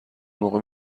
موقع